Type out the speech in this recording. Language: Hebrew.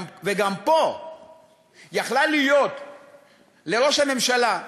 וגם פה יכולה להיות לראש הממשלה,